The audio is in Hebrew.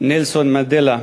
נלסון מנדלה.